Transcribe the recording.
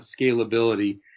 scalability